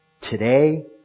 today